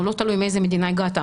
הוא לא תלוי מאיזה מדינה הגעת.